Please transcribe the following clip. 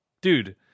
dude